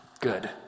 Good